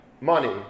money